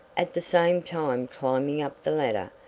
at the same time climbing up the ladder,